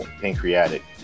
pancreatic